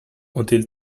until